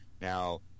Now